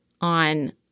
on